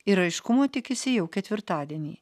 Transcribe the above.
ir aiškumo tikisi jau ketvirtadienį